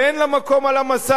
ואין לה מקום על המסך.